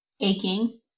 aching